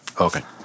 okay